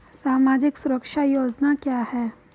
सामाजिक सुरक्षा योजना क्या है?